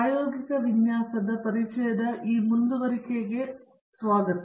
ಪ್ರಾಯೋಗಿಕ ವಿನ್ಯಾಸದ ಪರಿಚಯದ ಈ ಮುಂದುವರಿಕೆಗೆ ಸ್ವಾಗತ